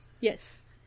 yes